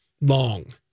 long